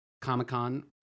Comic-Con